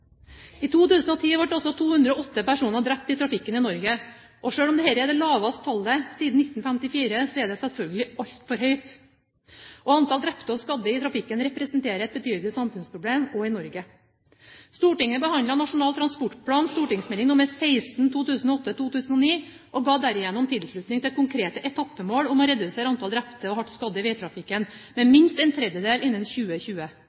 I 2010 ble altså 210 personer drept i trafikken i Norge. Selv om dette er det laveste tallet siden 1954, er det selvfølgelig altfor høyt, og antall drepte og skadde i trafikken representerer et betydelig samfunnsproblem også i Norge. Stortinget behandlet Nasjonal transportplan, St.meld. nr. 16 for 2008–2009, og ga derigjennom tilslutning til konkrete etappemål om å redusere antall drepte og hardt skadde i veitrafikken med minst en tredjedel innen 2020.